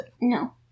No